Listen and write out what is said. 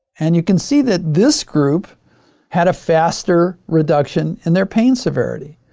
and you can see that this group had a faster reduction in their pain severity.